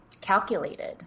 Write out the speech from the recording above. calculated